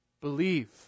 Believe